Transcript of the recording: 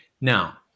Now